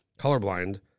Colorblind